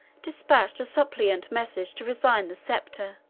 despatched a suppliant message to resign the sceptre,